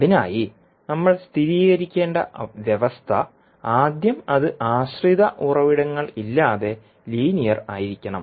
അതിനായി നമ്മൾ സ്ഥിരീകരിക്കേണ്ട വ്യവസ്ഥ ആദ്യം അത് ആശ്രിത ഉറവിടങ്ങളില്ലാതെ ലീനിയർ ആയിരിക്കണം